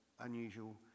unusual